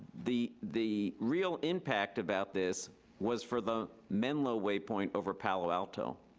the the real impact about this was for the menlo way point over palo alto,